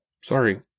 Sorry